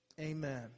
Amen